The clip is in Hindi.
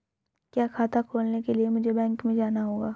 क्या खाता खोलने के लिए मुझे बैंक में जाना होगा?